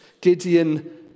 Gideon